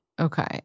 Okay